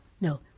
No